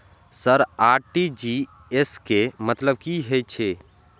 Sir RTGS के मतलब की हे छे?